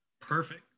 Perfect